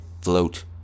float